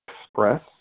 express